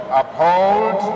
uphold